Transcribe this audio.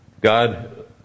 God